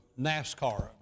NASCAR